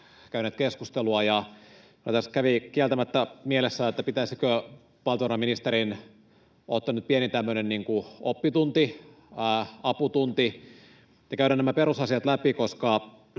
käyneet keskustelua. Kävi kieltämättä mielessä, pitäisikö valtiovarainministerin ottaa nyt pieni tämmöinen oppitunti, aputunti ja käydä nämä perusasiat läpi,